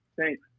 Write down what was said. Thanks